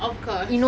of course